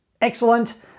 excellent